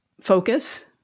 focus